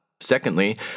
Secondly